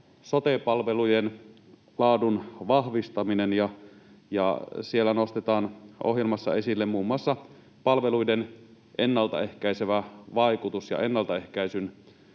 sote-palvelujen laadun vahvistaminen. Siellä nostetaan ohjelmassa esille muun muassa palveluiden ennaltaehkäisevä vaikutus ja ennaltaehkäisyn